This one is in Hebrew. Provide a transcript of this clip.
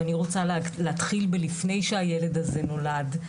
ואני רוצה להתחיל בלפני שהילד הזה נולד.